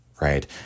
right